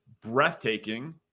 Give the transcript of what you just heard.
breathtaking